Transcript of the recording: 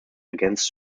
against